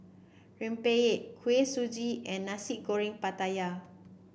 Rempeyek Kuih Suji and Nasi Goreng Pattaya